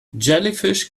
jellyfish